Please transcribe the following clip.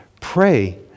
Pray